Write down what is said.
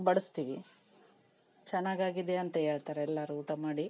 ಬಡಿಸ್ತೀವಿ ಚೆನ್ನಾಗಾಗಿದೆ ಅಂತ ಹೇಳ್ತಾರೆ ಎಲ್ಲರು ಊಟ ಮಾಡಿ